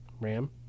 Ram